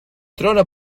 trona